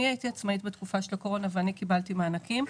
אני הייתי עצמאית בתקופה של הקורונה וקיבלתי מענקים.